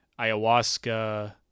ayahuasca